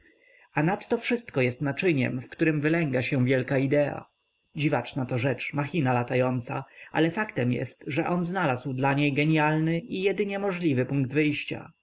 a nad to wszystko jest naczyniem w którem wylęga się wielka idea dziwaczna to rzecz machina latająca ale faktem jest że on znalazł dla niej gienialny i jedynie możliwy punkt wyjścia